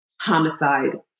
homicide